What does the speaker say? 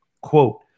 Quote